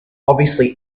obviously